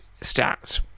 stats